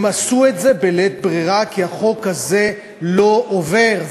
הם עשו את זה בלית ברירה, כי החוק הזה לא עובר.